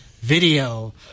video